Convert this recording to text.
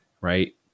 right